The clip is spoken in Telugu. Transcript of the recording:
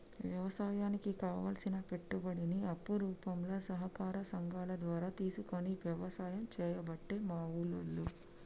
వ్యవసాయానికి కావలసిన పెట్టుబడిని అప్పు రూపంల సహకార సంగాల ద్వారా తీసుకొని వ్యసాయం చేయబట్టే మా ఉల్లోళ్ళు